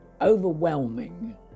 overwhelming